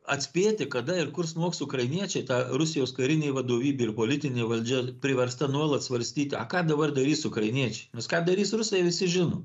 atspėti kada ir kur smogs ukrainiečiai tą rusijos karinė vadovybė ir politinė valdžia priversta nuolat svarstyti a ką dabar darys ukrainiečiai nes ką darys rusai visi žino